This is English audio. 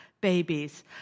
babies